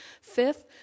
Fifth